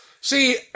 See